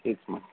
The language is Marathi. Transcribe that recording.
ठीक मग